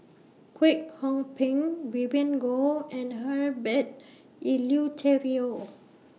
Kwek Hong Png Vivien Goh and Herbert Eleuterio